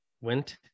Went